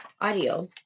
audio